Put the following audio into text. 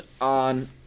on